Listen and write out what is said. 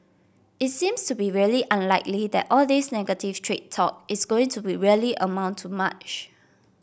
is seems to be really unlikely that all this negative trade talk is going to be really amount to much